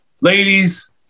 ladies